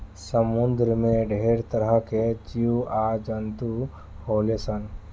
समुंद्र में ढेरे तरह के जीव आ जंतु होले सन